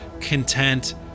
content